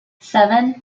seven